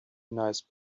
nice